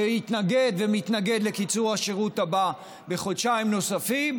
והתנגד ומתנגד לקיצור השירות הבא בחודשיים נוספים,